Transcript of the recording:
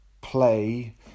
play